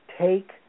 take